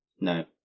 No